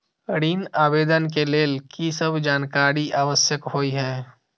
ऋण आवेदन केँ लेल की सब जानकारी आवश्यक होइ है?